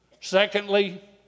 Secondly